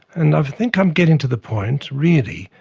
and i think i'm getting to the point, really,